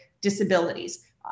disabilities